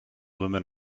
women